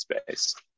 space